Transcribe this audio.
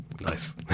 Nice